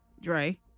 Dre